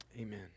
amen